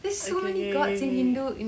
ookay K okay okay